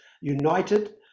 united